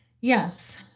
Yes